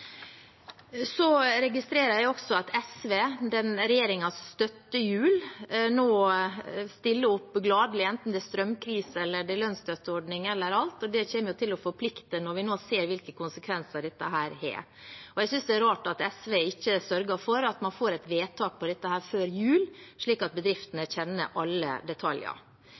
Så registrerer jeg også at SV, denne regjeringens støttehjul, nå stiller gladelig opp, enten det er strømkrise, lønnsstøtteordning eller alt mulig. Det kommer til å forplikte når vi nå ser hvilke konsekvenser dette har. Jeg synes det er rart at SV ikke sørger for at man får et vedtak om dette før jul, slik at bedriftene kjenner alle detaljer.